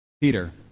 Peter